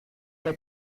qu’a